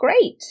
great